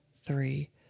three